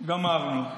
גמרנו.